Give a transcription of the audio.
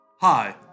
Hi